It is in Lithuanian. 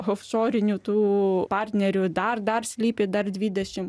hovsorinių tų partnerių dar dar slypi dar dvidešim